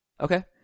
Okay